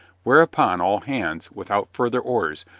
whereupon all hands, without further orders,